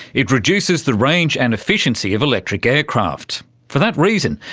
it reduces the range and efficiency of electric aircraft. for that reason,